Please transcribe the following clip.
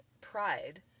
pride